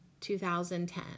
2010